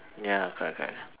ya correct correct correct